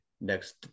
next